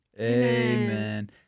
amen